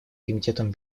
комитетом